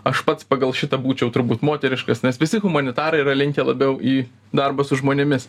aš pats pagal šitą būčiau turbūt moteriškas nes visi humanitarai yra linkę labiau į darbą su žmonėmis